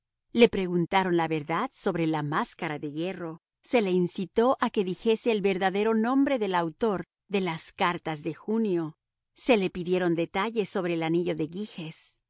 le preguntaron la verdad sobre la máscara de hierro se le incitó a que dijese el verdadero nombre del autor de las cartas de junio se le pidieron detalles sobre el anillo de gyges